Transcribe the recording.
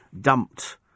dumped